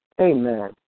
Amen